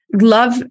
love